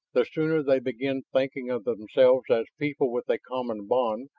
the sooner they began thinking of themselves as people with a common bond,